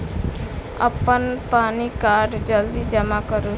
अप्पन पानि कार्ड जल्दी जमा करू?